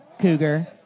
Cougar